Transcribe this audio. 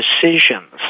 decisions